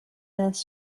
this